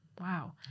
wow